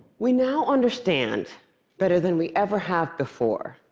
we now understand better than we ever have before